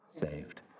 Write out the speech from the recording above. Saved